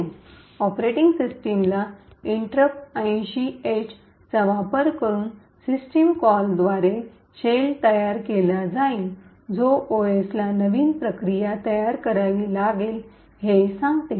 operating सिस्टमला interrupt 80 H चा वापर करून सिस्टम कॉलद्वारे शेल तयार केला जाईल जो ओएसला नवीन प्रक्रिया तयार करावी लागेल हे सांगतो